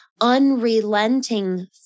unrelenting